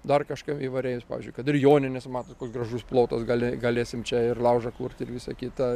dar kažką įvairiais pavyzdžiui kad ir jonines matot koks gražus plotas gali galėsim čia ir laužą kurt ir visa kita